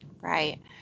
Right